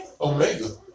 Omega